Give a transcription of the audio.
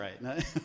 right